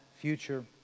future